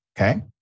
okay